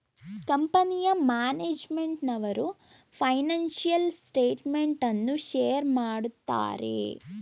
ಕಂಪನಿಯ ಮ್ಯಾನೇಜ್ಮೆಂಟ್ನವರು financial statement ಅನ್ನು ಶೇರ್ ಮಾಡುತ್ತಾರೆ